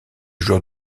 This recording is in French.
joueurs